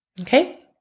Okay